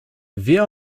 wie